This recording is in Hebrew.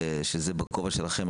שזה בכובע שלכם,